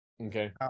Okay